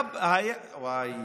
וואי.